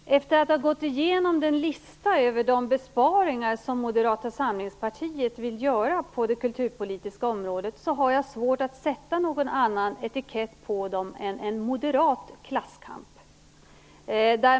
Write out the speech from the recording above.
Herr talman! Efter att ha gått igenom den lista över de besparingar som Moderata samlingspartiet vill göra på det kulturpolitiska området, har jag svårt att sätta någon annan etikett på dem än moderat klasskamp.